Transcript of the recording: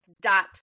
dot